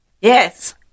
Yes